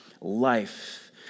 life